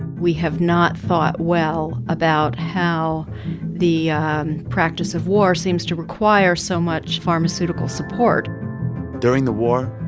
we have not thought well about how the practice of war seems to require so much pharmaceutical support during the war,